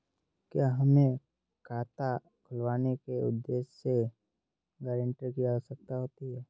क्या हमें खाता खुलवाने के उद्देश्य से गैरेंटर की आवश्यकता होती है?